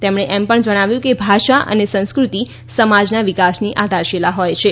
તેમણે એમ પણ જણાવ્યું કે ભાષા અને સંસ્કૃતિ સમાજના વિકાસની આધારશીલા હોય છે